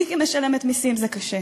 לי כמשלמת מסים זה קשה.